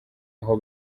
aho